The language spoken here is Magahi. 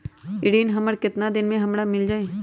ऋण हमर केतना दिन मे हमरा मील जाई?